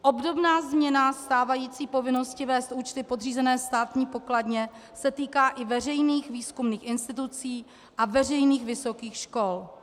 Obdobná změna stávající povinnosti vést účty podřízené Státní pokladně se týká i veřejných výzkumných institucí a veřejných vysokých škol.